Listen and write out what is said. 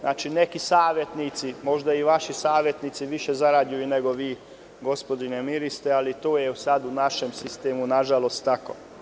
Neki savetnici, možda i vaši savetnici više zarađuju nego vi, gospodine ministre, ali to je sada u našem sistemu, nažalost, tako.